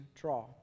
draw